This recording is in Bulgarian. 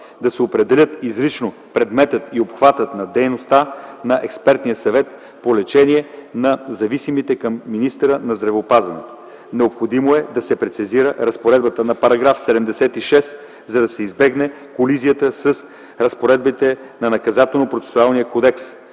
да се определят изрично предметът и обхватът на дейността на Експертния съвет по лечение на зависимите към министъра на здравеопазването; - необходимо е да се прецизира разпоредбата на § 76, за да се избегне колизията с разпоредбите на